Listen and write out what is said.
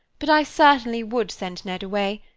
but i certainly would send ned away.